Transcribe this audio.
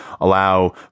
allow